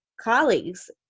colleagues